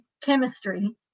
chemistry